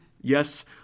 Yes